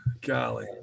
golly